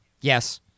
Yes